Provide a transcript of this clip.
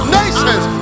nations